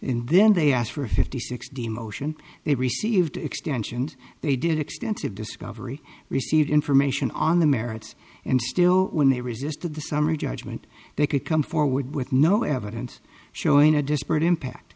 and then they asked for a fifty six d motion they received extensions they did extensive discovery received information on the merits and still when they resisted the summary judgment they could come forward with no evidence showing a disparate impact